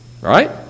right